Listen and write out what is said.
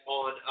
on